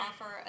offer